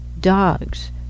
dogs